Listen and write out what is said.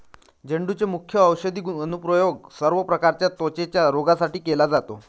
झेंडूचे मुख्य औषधी अनुप्रयोग सर्व प्रकारच्या त्वचेच्या रोगांसाठी केला जातो